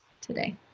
today